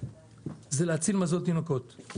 זה להציל מזון תינוקות.